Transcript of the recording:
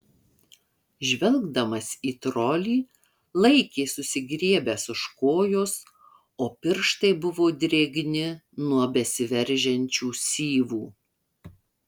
žvelgdamas į trolį laikė susigriebęs už kojos o pirštai buvo drėgni nuo besiveržiančių syvų